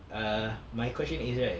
err my question is right